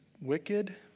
wicked